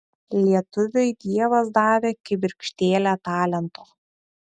lietuviui dievas davė kibirkštėlę talento